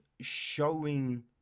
showing